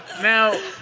Now